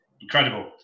incredible